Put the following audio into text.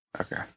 Okay